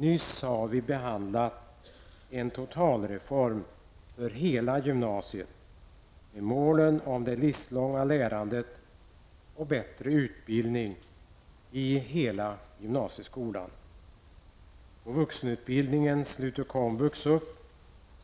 Nyss har vi behandlat en totalreform för hela gymnasiet med målen om det livslånga lärandet och bättre utbildning i hela gymnasieskolan. På vuxenutbildningen sluter komvux upp